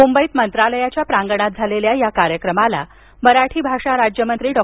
मुंबईत मंत्रालयाच्या प्रांगणात झालेल्या या कार्यक्रमाला मराठी भाषा राज्यमंत्री डॉ